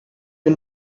you